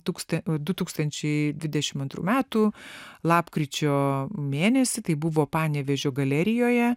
tuksta du tūkstančiai dvidešimt antrų metų lapkričio mėnesį tai buvo panevėžio galerijoje